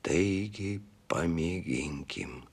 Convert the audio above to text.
taigi pamėginkim